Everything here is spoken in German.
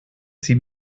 sie